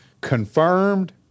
confirmed